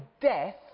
death